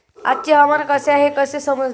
आजचे हवामान कसे आहे हे कसे समजेल?